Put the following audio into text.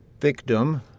victim